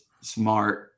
smart